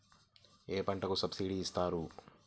ఏ పంటకు సబ్సిడీ ఇస్తారు?